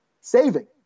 saving